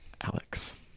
alex